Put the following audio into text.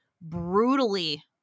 brutally